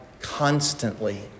constantly